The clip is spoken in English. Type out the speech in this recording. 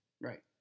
Right